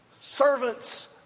servants